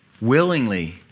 willingly